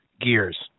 gears